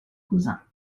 cousin